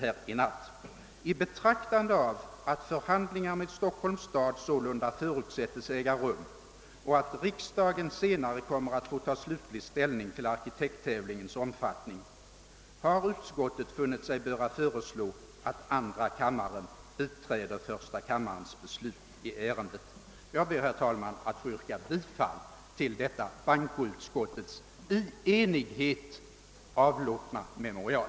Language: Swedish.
Det framhålles bl.a. följande: »I betraktande av att förhandlingar med Stockholms stad sålunda förutsätts äga rum och att riksdagen senare kommer att få ta slutlig ställning till arkitekttävlingens omfattning har utskottet funnit sig böra föreslå att andra kammaren biträder första kammarens beslut i ärendet.» Jag ber, herr talman, att få yrka bifall till detta bankoutskottets i enighet avlåtna memorial.